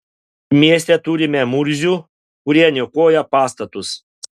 mieste turime murzių kurie niokoja pastatus